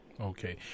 Okay